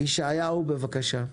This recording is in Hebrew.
ישעיהו, בבקשה.